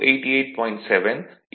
7 1